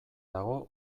dago